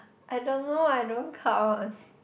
I don't know I don't count